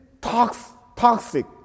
toxic